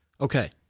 Okay